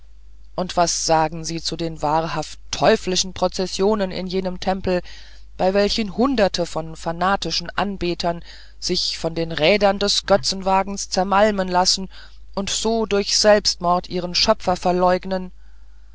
und was sagen sie zu den wahrhaft teuflischen prozessionen in jenem tempel bei welchen hunderte von fanatischen anbetern sich von den rädern des götzenwagens zermalmen lassen und so durch selbstmord ihren schöpfer verleugnen